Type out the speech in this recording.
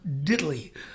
diddly